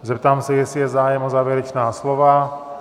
Zeptám se, jestli je zájem o závěrečná slova.